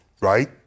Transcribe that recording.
Right